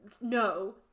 no